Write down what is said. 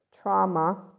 trauma